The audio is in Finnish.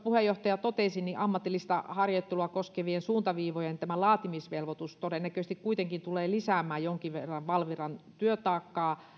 puheenjohtaja totesi ammatillista harjoittelua koskevien suuntaviivojen laatimisvelvoitus kuitenkin todennäköisesti tulee jonkin verran lisäämään valviran työtaakkaa